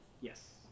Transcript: Yes